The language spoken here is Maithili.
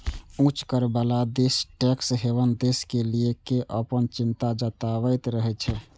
उच्च कर बला देश टैक्स हेवन देश कें लए कें अपन चिंता जताबैत रहै छै